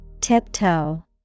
Tiptoe